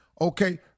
Okay